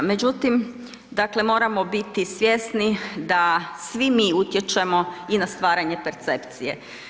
Međutim, moramo biti svjesni da svi mi utječemo i na stvaranje percepcije.